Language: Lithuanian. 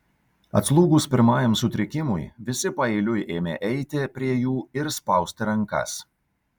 atslūgus pirmajam sutrikimui visi paeiliui ėmė eiti prie jų ir spausti rankas